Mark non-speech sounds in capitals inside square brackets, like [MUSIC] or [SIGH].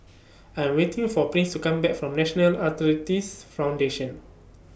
[NOISE] I Am waiting For Prince to Come Back from National Arthritis Foundation